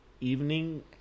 evening